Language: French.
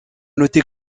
noter